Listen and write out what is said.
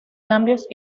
cambios